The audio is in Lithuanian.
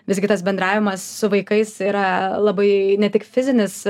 visgi tas bendravimas su vaikais yra labai ne tik fizinis